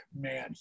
man